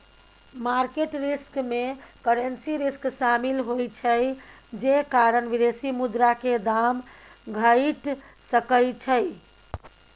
market risk में currency risk शामिल होइ छइ जे कारण विदेशी मुद्रा के दाम घइट सकइ छइ